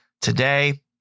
today